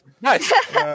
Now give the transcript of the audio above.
nice